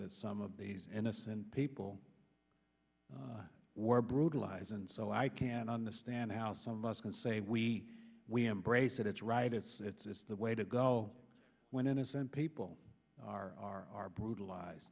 that some of these innocent people were brutalized and so i can understand how some of us can say we we embrace it it's right it's it's the way to go when innocent people are brutalized